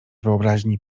wyobraźni